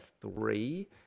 three